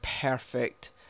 perfect